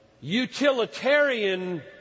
Utilitarian